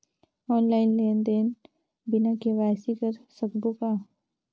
Online लेनदेन बिना KYC कर सकबो कौन??